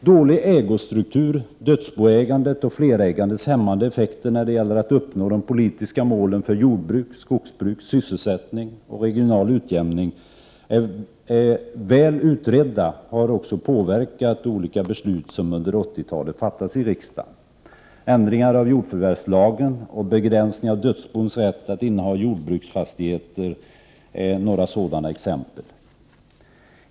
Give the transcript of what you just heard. Dålig ägostruktur, dödsboägandet och flerägandets hämmande effekter när det gäller att uppnå de politiska målen för jordbruk, skogsbruk, sysselsättning och regionalutjämning är väl utredda och har också påverkat olika beslut som fattats i riksdagen under 1980-talet. Ändringen av jordförvärvslagen och begränsning av dödsbos rätt att inneha jordbruksfastigheter är några sådana exempel.